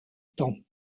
temps